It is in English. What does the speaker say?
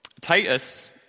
Titus